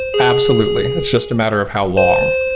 absolutely. it's just a matter of how long.